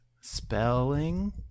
spelling